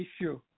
issue